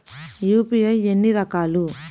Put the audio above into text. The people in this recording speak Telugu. యూ.పీ.ఐ ఎన్ని రకాలు?